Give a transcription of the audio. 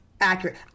accurate